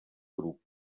grup